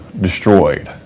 destroyed